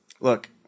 look